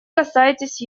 касаетесь